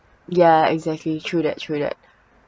ya exactly true that true that